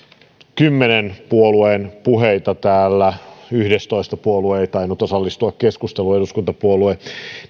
kymmenen eduskuntapuolueen puheita yhdestoista puolue ei tainnut osallistua keskusteluun